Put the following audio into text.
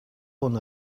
hwn